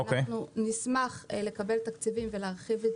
אנחנו נשמח לקבל תקציבים ולהרחיב את